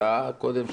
שעה קודם,